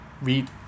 read